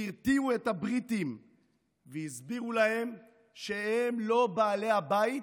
שהרתיעו את הבריטים והסבירו להם שהם לא בעלי הבית